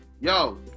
Yo